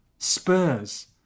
Spurs